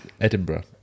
edinburgh